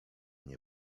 nie